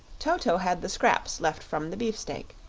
toto had the scraps left from the beefsteak,